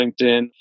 LinkedIn